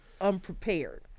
unprepared